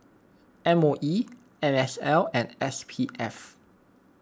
M O E N S L and S P F